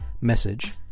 message